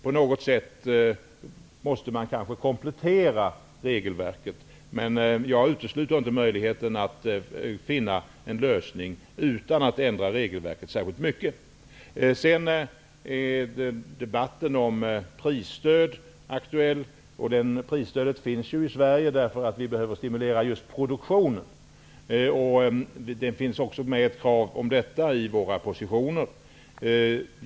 På något sätt måste man kanske komplettera regelverket. Men jag utesluter inte möjligheten att finna en lösning utan att ändra regelverket särskilt mycket. Sedan är debatten om prisstöd aktuell. Prisstöd finns ju i Sverige eftersom vi behöver stimulera just produktionen. Det finns även med ett krav om detta i våra positioner.